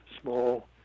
small